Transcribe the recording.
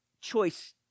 choice